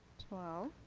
twelve.